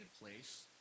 place